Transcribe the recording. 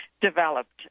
developed